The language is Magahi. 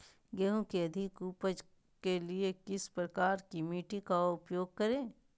गेंहू की अधिक उपज के लिए किस प्रकार की मिट्टी का उपयोग करे?